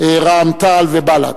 רע"ם-תע"ל וחד"ש.